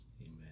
amen